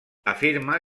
afirma